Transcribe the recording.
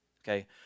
okay